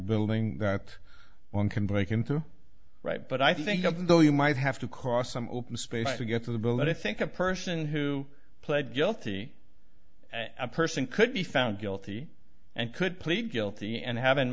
building that one can break into right but i think of though you might have to cross some open space to get to the billet i think a person who pled guilty a person could be found guilty and could plead guilty and have in